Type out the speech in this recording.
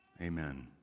Amen